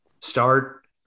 start